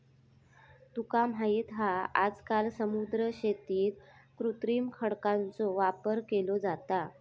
तुका माहित हा आजकाल समुद्री शेतीत कृत्रिम खडकांचो वापर केलो जाता